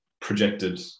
projected